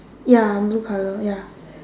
ya blue colour ya